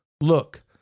look